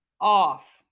off